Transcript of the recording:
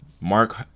Mark